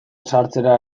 sartzera